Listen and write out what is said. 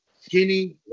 skinny